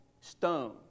stone